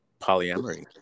polyamory